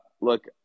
look